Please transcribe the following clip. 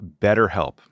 BetterHelp